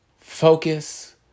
Focus